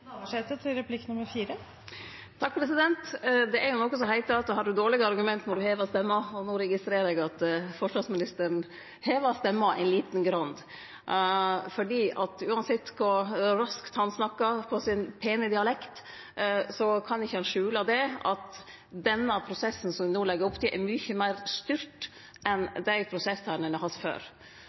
Det er noko som heiter at har ein dårlege argument, må ein heve røysta. No registrerer eg at forsvarsministeren hevar røysta lite grann, for uansett kor raskt han snakkar på si pene dialekt, kan han ikkje skjule at den prosessen som me no legg opp til, er mykje meir styrt enn dei prosessane ein har hatt før.